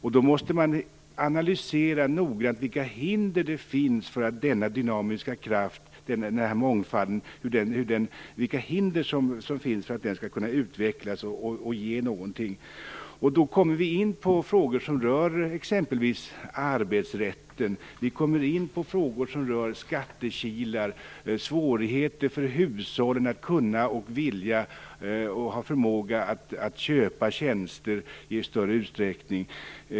Man måste noggrant analysera vilka hinder som finns för att denna dynamiska kraft skall kunna utvecklas och ge någonting. Då kommer vi in på frågor som rör exempelvis arbetsrätten. Vi kommer också in på skattekilar och på svårigheterna för hushållen att kunna, vilja och ha förmåga att köpa tjänster i större utsträckning.